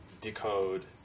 decode